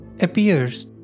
appears